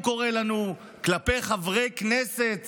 הוא קורא לנו, חברי כנסת